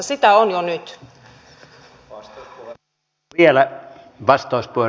sitä on jo nyt